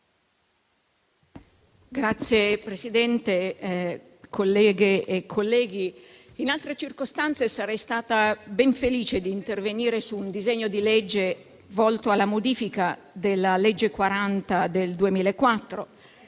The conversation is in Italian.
Signor Presidente, colleghe e colleghi, in altre circostanze sarei stata ben felice di intervenire su un disegno di legge volto alla modifica della legge n. 40 del 2004;